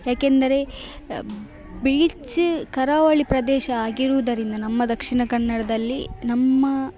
ಯಾಕಂದರೆ ಬೀಚ್ ಕರಾವಳಿ ಪ್ರದೇಶ ಆಗಿರುವುದರಿಂದ ನಮ್ಮ ದಕ್ಷಿಣ ಕನ್ನಡದಲ್ಲಿ ನಮ್ಮ